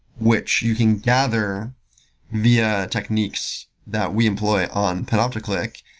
which you can gather via techniques that we employ on panopticlick.